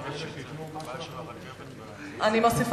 (חבר הכנסת מיכאל בן-ארי יוצא